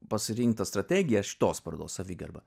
pasirinkta strategija šitos parodos savigarba